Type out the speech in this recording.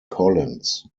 collins